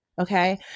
Okay